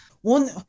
One